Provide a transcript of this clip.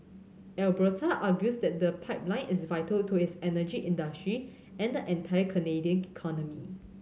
Alberta argues that the pipeline is vital to its energy industry and the entire Canadian economy